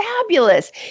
fabulous